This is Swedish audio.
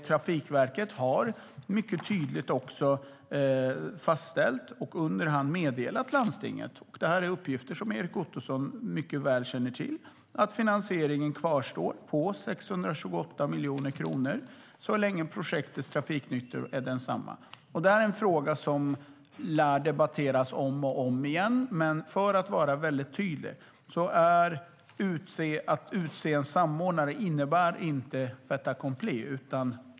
Trafikverket har också mycket tydligt fastställt och underhand meddelat landstinget - det här är uppgifter som Erik Ottoson mycket väl känner till - att finansieringen på 628 miljoner kronor kvarstår så länge projektets trafiknyttor är desamma. Det här är en fråga som lär debatteras om och om igen, men för att vara tydlig: Att utse en samordnare innebär inte ett fait accompli.